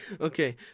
Okay